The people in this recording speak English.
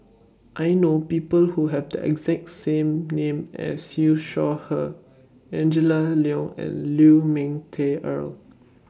I know People Who Have The exact name as Siew Shaw Her Angela Liong and Lu Ming Teh Earl